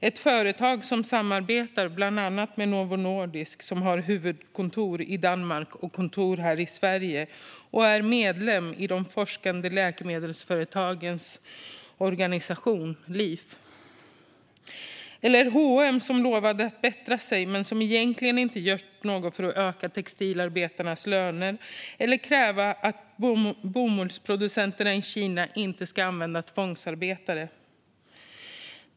Detta företag samarbetar med bland andra Novo Nordisk, som har huvudkontor i Danmark och kontor i Sverige och är medlem i de forskande läkemedelsföretagens organisation Lif. H & M lovade att bättra sig men har egentligen inte gjort något för att öka textilarbetarnas löner eller krävt att bomullsproducenterna i Kina inte ska använda tvångsarbete.